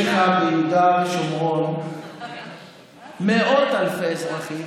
יש לך ביהודה ושומרון מאות אלפי אזרחים,